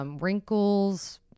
wrinkles